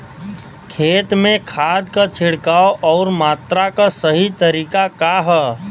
खेत में खाद क छिड़काव अउर मात्रा क सही तरीका का ह?